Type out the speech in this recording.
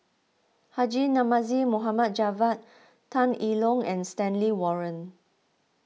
Haji Namazie Mohd Javad Tan I Tong and Stanley Warren